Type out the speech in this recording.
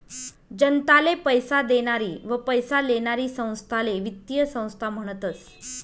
जनताले पैसा देनारी व पैसा लेनारी संस्थाले वित्तीय संस्था म्हनतस